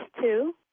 two